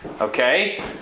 okay